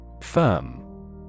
Firm